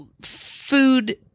food